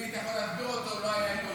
היא שאם הייתי יכול להסביר אותו, לא היה אלוהים.